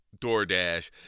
DoorDash